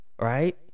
right